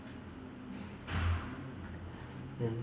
mm